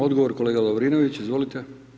Odgovor, kolega Lovrinović, izvolite.